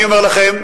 אני אומר לכם,